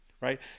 right